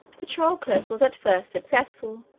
patroclus was at first successful,